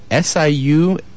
siu